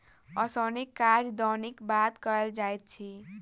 ओसौनीक काज दौनीक बाद कयल जाइत अछि